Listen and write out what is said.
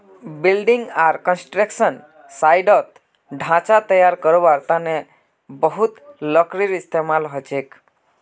building आर construction साइटत ढांचा तैयार करवार तने बहुत लकड़ीर इस्तेमाल हछेक